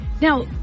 Now